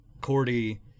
cordy